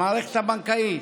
במערכת הבנקאית,